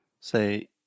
say